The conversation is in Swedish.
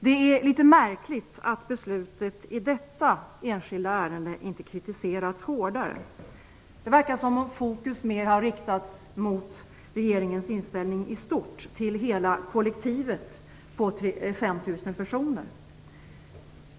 Det är litet märkligt att beslutet i detta enskilda ärende inte kritiserats hårdare. Det verkar om som fokus mera riktats mot regeringens inställning i stort till hela kollektivet på 5 000 personer.